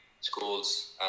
schools